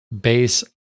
base